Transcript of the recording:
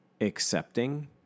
accepting